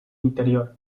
interior